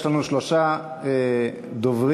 יש לנו שלושה דוברים.